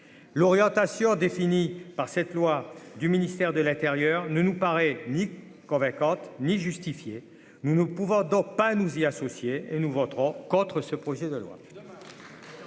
l'orientation définie par cette loi du ministère de l'Intérieur ne nous paraît Nick convaincante ni justifiée : nous ne pouvons donc pas nous y associer et nous voterons contre ce projet de loi.